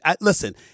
listen